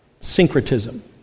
Syncretism